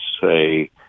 say